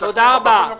זה חשוב יותר מהכול.